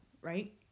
right